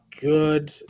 good